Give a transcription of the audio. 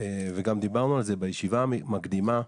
וגם דיברנו על זה בישיבה המקדימה,